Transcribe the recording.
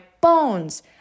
bones